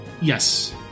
yes